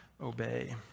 obey